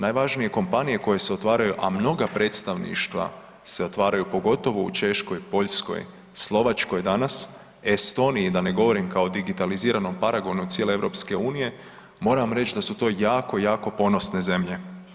Najvažnije kompanije koje se otvaraju, a mnoga predstavništva se otvaraju pogotovo u Češkoj, Poljskoj, Slovačkoj danas Estoniji da ne govorim kao digitaliziranom paragonu cijele EU, moram reći da su to jako, jako ponosne zemlje.